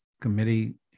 committee